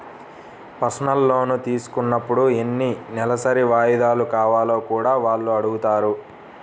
personal loan తీసుకున్నప్పుడు ఎన్ని నెలసరి వాయిదాలు కావాలో కూడా వాళ్ళు అడుగుతారు